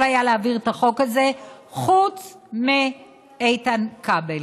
היה להעביר את החוק הזה חוץ מאיתן כבל.